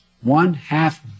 one-half